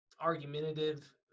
argumentative